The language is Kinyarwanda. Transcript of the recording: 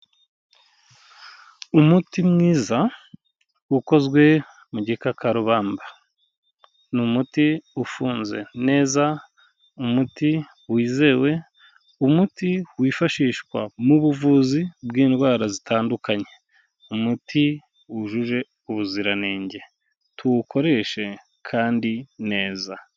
Umuti mwiza ukozwe mu gikakarubamba, ni umuti ufunze neza, umuti wizewe, umuti wifashishwa mu buvuzi bw'indwara zitandukanye, umuti wujuje ubuziranenge, tuwukoreshe kandi neza.